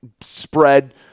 spread